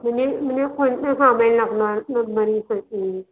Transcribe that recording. म्हणजे म्हणजे कोणते सामान लागणार प्लम्बरिंगसाठी